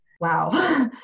Wow